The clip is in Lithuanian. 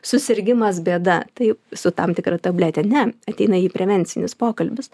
susirgimas bėda tai su tam tikra tablete ne ateina į prevencinius pokalbius